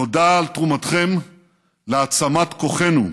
תודה על תרומתכם להעצמת כוחנו,